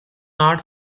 not